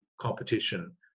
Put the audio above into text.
competition